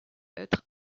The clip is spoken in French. être